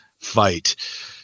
fight